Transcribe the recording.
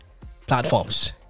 platforms